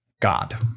God